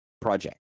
project